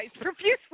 profusely